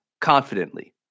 confidently